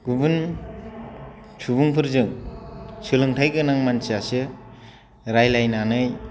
गुबुन सुबुंफोरजों सोलोंथाय गोनां मानसियासो रायज्लायनानै